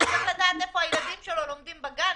צריך לדעת איפה הילדים שלו לומדים בגן.